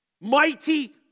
mighty